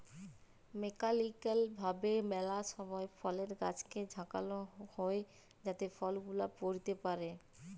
mechanical ভাবে ম্যালা সময় ফলের গাছকে ঝাঁকাল হই যাতে ফল গুলা পইড়তে পারে